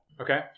Okay